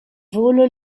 volo